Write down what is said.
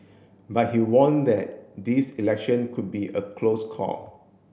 but he warned that this election could be a close call